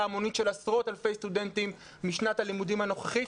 המונית של עשרות אלפי סטודנטים משנת הלימודים הנוכחית,